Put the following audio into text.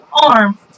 arm